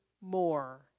more